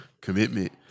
commitment